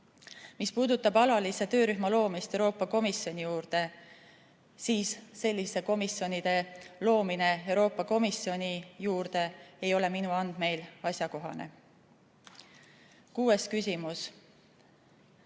Mis puudutab alalise töörühma loomist Euroopa Komisjoni juurde, siis sellise komisjoni loomine Euroopa Komisjoni juurde ei ole minu andmeil asjakohane. Kuues küsimus